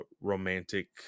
romantic